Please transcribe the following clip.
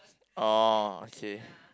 oh okay